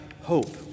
hope